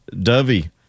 Dovey